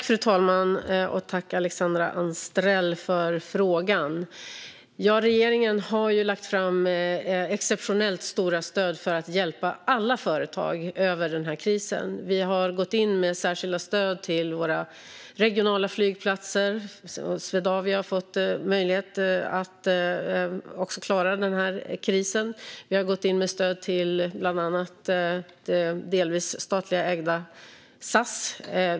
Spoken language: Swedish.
Fru talman! Tack, Alexandra Anstrell, för frågan! Ja, regeringen har ju lagt fram exceptionellt stora stöd för att hjälpa alla företag över den här krisen. Vi har gått in med särskilda stöd till våra regionala flygplatser. Swedavia har också fått möjlighet att klara den här krisen. Vi har gått in med stöd bland annat till delvis statligt ägda SAS.